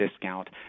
discount